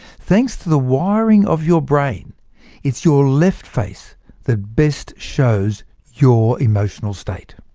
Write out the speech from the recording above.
thanks to the wiring of your brain it's your left face that best shows your emotional state.